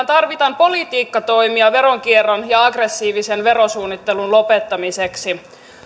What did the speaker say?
tarvitaan politiikkatoimia veronkierron ja aggressiivisen verosuunnittelun lopettamiseksi